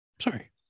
Sorry